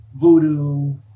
voodoo